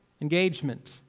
engagement